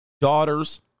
daughters